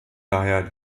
daher